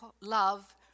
love